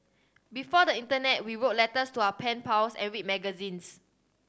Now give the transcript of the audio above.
before the internet we wrote letters to our pen pals and read magazines